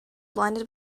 blinded